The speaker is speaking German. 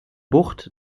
bucht